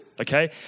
Okay